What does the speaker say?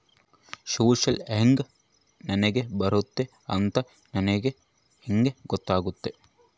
Social help ನನಗೆ ಬರುತ್ತೆ ಅಂತ ನನಗೆ ಹೆಂಗ ಗೊತ್ತಾಗುತ್ತೆ?